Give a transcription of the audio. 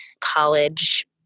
college